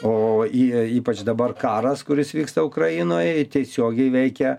o į ypač dabar karas kuris vyksta ukrainoje tiesiogiai veikia